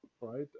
right